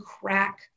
crack